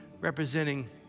representing